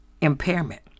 impairment